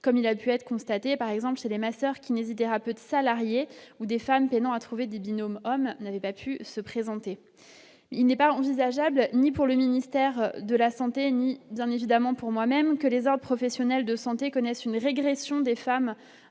comme il a pu être constaté par exemple chez les masseurs-kinésithérapeutes salariés ou des femmes, des non à trouver des binômes homme-n'avait pas pu se présenter, il n'est pas envisageable, ni pour le ministère de la Santé, ni donne évidemment pour moi-même, que les autres professionnels de santé connaissent une régression des femmes